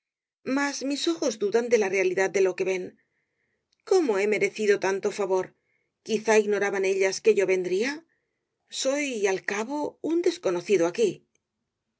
mas mis ojos eludan de la realidad de lo que ven cómo he merecido tanto favor quizá ignoraban ellas que yo vendría soy al cabo un desconocido aquí no